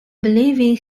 believing